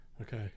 okay